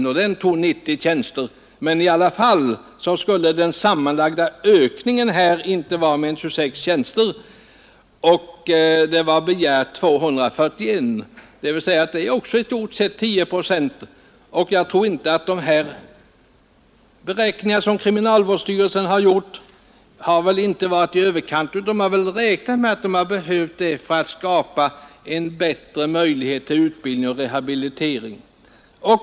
Därmed bortföll 90 tjänster. Men i alla fall skulle den sammanlagda ökningen inte bli mer än 26 tjänster, medan man hade begärt 241. Det är i stort sett 10 procent. Jag tror inte att de beräkningar som kriminalvårdsstyrelsen gjort varit i överkant. Man har räknat med att man hade behövt detta antal för att skapa en bättre möjlighet till utbildning och rehabilitering.